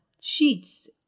sheets